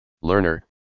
Learner